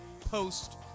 post